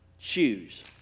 choose